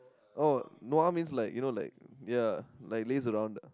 oh nua means like you know like ya like laze around ah